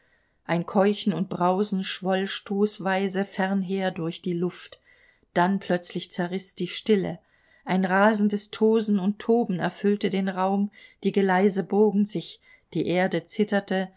ein keuchen und brausen schwoll stoßweise fernher durch die luft dann plötzlich zerriß die stille ein rasendes tosen und toben erfüllte den raum die geleise bogen sich die erde zitterte